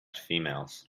females